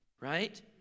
right